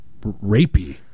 rapey